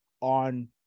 on